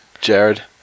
Jared